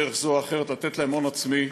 בדרך זו או אחרת, לתת להם הון עצמי,